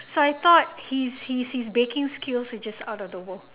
so I thought his his his baking skills are just out of the world